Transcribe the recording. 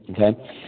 Okay